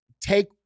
take